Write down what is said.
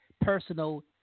personal